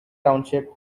township